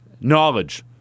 knowledge